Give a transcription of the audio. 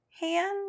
Hand